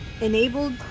enabled